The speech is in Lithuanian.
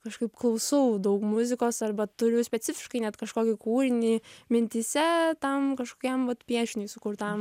kažkaip klausau daug muzikos arba turiu specifiškai net kažkokį kūrinį mintyse tam kažkokiam piešiniui sukurtam